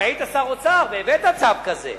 הרי היית שר אוצר והבאת צו כזה,